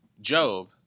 Job